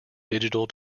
digital